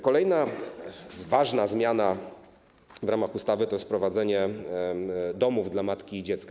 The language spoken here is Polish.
Kolejna ważna zmiana w ramach ustawy to jest wprowadzenie domów dla matki i dziecka.